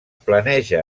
planeja